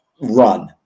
run